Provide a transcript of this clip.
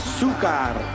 Azúcar